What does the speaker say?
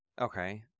Okay